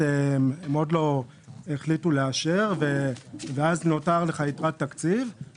צריך להגדיל את המכרזים לחמש שנים,